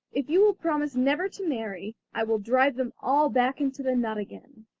if you will promise never to marry i will drive them all back into the nut again